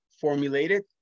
formulated